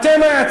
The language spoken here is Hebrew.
לא.